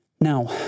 Now